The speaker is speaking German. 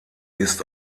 ist